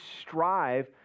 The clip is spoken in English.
strive